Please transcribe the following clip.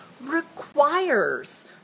requires